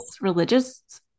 religious